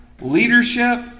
leadership